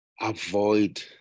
avoid